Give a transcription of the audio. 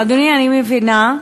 אדוני, אני מבינה,